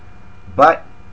but